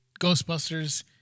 Ghostbusters